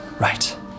Right